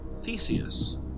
Theseus